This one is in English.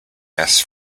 asks